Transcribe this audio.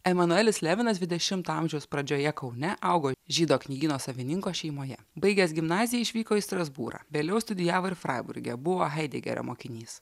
emanuelis levinas dvidešimto amžiaus pradžioje kaune augo žydo knygyno savininko šeimoje baigęs gimnaziją išvyko į strasbūrą vėliau studijavo ir fraiburge buvo haidegerio mokinys